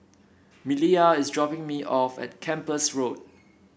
Maliyah is dropping me off at Kempas Road